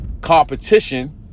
Competition